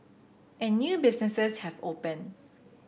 and new businesses have opened